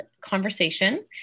conversation